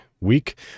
week